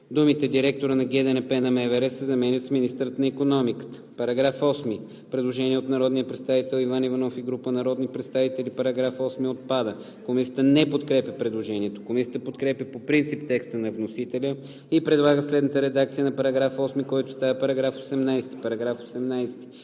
думите „Директорът на ГДНП на МВР“ се заменят с „Министърът на икономиката“.“ По § 8 има предложение от народния представител Иван Иванов и група народни представители: „Параграф 8 отпада.“ Комисията не подкрепя предложението. Комисията подкрепя по принцип текста на вносителя и предлага следната редакция на § 8, който става § 18: „§ 18.